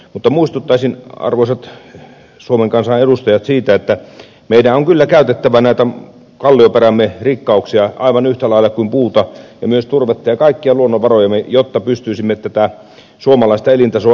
mutta muistuttaisin arvoisat suomen kansan edustajat siitä että meidän on kyllä käytettävä näitä kallioperämme rikkauksia aivan yhtä lailla kuin puuta ja myös turvetta ja kaikkia luonnonvarojamme jotta pystyisimme tätä suomalaista elintasoa ylläpitämään